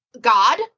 God